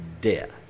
death